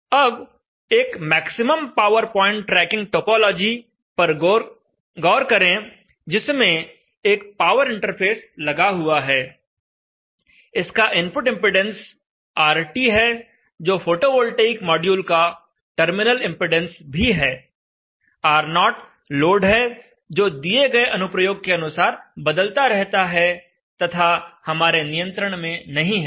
अब एक maximum power point tracking topology पर गौर करें जिसमें एक पावर इंटरफ़ेस लगा हुआ है इसका इनपुट इंपेडेंस RT है जो फोटोवोल्टेइक मॉड्यूल का टर्मिनल इंपेडेंस भी है R0 लोड है जो दिए गए अनुप्रयोग के अनुसार बदलता रहता है तथा हमारे नियंत्रण में नहीं है